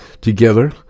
together